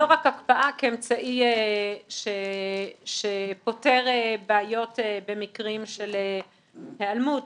לא רק הקפאה כאמצעי שפותר בעיות במקרים של היעלמות,